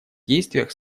действиях